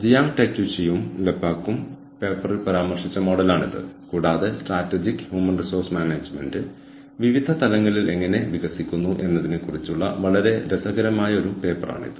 ഇപ്പോൾ നമ്മൾ എതിരാളികളെ കുറിച്ച് സംസാരിക്കുമ്പോൾ നമ്മൾ വാഗ്ദാനം ചെയ്യുന്ന അതേ ഉൽപ്പന്നം അല്ലെങ്കിൽ സമാനമായ ഉൽപ്പന്നങ്ങളും സേവനങ്ങളും വാഗ്ദാനം ചെയ്യുന്ന മറ്റ് ആളുകളെ മറ്റ് ഓർഗനൈസേഷനുകളെക്കുറിച്ചാണ് സംസാരിക്കുന്നത്